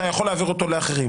אתה יכול להעביר אותו לאחרים.